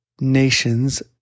nations